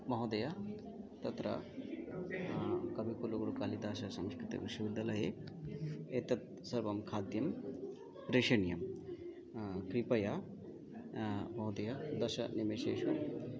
महोदय तत्र कविकुलगुरुकालिताशसंस्कृतविश्वविद्यालये एतत् सर्वं खाद्यं प्रेषणीयं क्रिपया महोदय दशनिमिषेषु